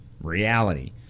reality